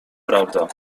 prawda